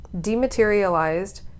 dematerialized